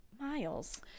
miles